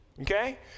okay